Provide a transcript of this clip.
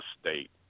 state